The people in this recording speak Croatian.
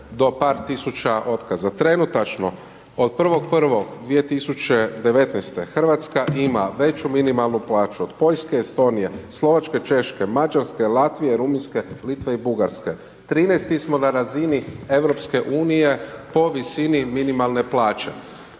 do par tisuća otkaza. Trenutačno od 01.01.2019., Hrvatska ima veću minimalnu plaću od Poljske, Estonije, Slovačke, Češke, Mađarske, Latvije, Rumunjske, Litve i Bugarske, 13-ti smo na razini Europske unije po visini minimalne plaće.